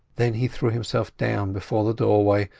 then he threw himself down before the doorway,